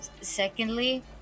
secondly